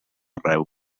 arreu